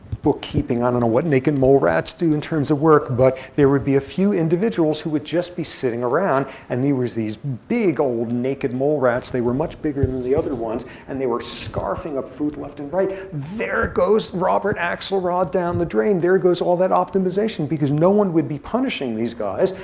bookkeeping, i don't know what naked mole rats do in terms of work. but there would be a few individuals who would just be sitting around. and they were these big old naked mole rats. they were much bigger than the other ones, and they were scarfing up food left and right. there goes robert axelrod down the drain. drain. there goes all that optimization, because no one would be punishing these guys.